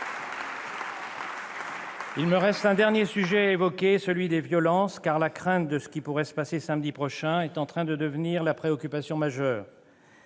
Il me reste un dernier sujet à évoquer, celui des violences, car la crainte de ce qui pourrait se passer samedi prochain est en train de devenir la préoccupation majeure.